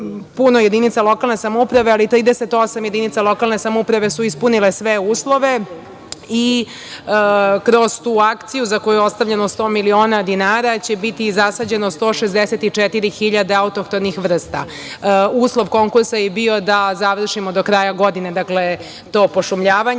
puno jedinica lokalne samouprave, ali 38 jedinica su ispunile sve uslove i kroz tu akciju za koju je ostavljeno 100 miliona dinara će biti zasađeno 164.000 autohtonih vrsta. Uslov konkursa je bio da završimo do kraja godine to pošumljavanje